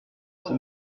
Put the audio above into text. six